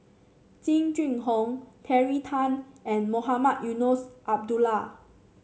Jing Jun Hong Terry Tan and Mohamed Eunos Abdullah